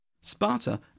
Sparta